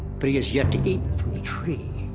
but he has yet to eat from the tree.